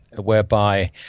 whereby